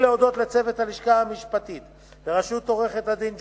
ברצוני להודות לצוות הלשכה המשפטית בראשות עורכת-הדין ג'ודי,